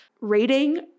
rating